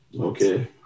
Okay